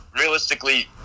realistically